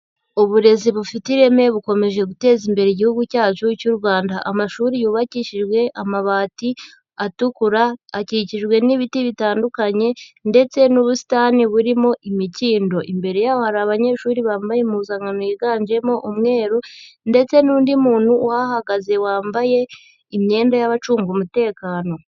Uburezi bufite ireme bukomeje guteza imbere igihugu cyacu cy'u Rwanda. Amashuri yubakishijwe amabati atukura, akikijwe n'ibiti bitandukanye ndetse n'ubusitani burimo imikindo. Imbere yaho hari abanyeshuri bambaye impuzankano yiganjemo umweru ndetse n'undi muntu uhahagaze wambaye imyenda y'abacunga umutekano.